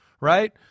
right